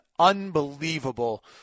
unbelievable